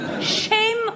Shame